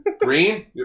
Green